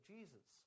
Jesus